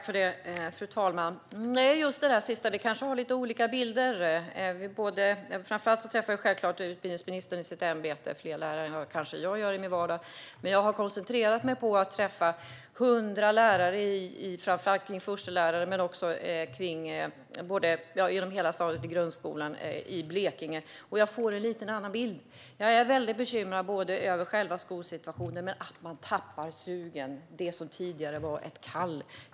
Fru talman! När det gäller det där sista har vi kanske lite olika bilder. Framför allt träffar självklart utbildningsministern i sitt ämbete fler lärare än jag kanske gör i min vardag. Men jag har koncentrerat mig på att träffa 100 lärare, framför allt förstelärare men även lärare i grundskolans alla stadier, i Blekinge, och jag får en lite annan bild. Jag är väldigt bekymrad över själva skolsituationen men också över att man tappar sugen för det som tidigare var ett kall.